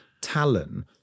Talon